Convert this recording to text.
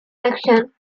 acton